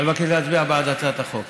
אני מבקש להצביע בעד הצעת החוק.